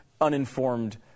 uninformed